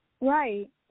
Right